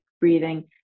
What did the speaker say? breathing